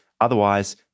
otherwise